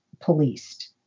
policed